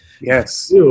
yes